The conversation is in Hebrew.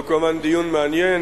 קודם כול, הדיון מעניין,